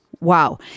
wow